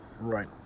Right